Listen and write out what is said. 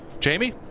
jamie.